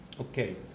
Okay